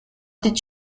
did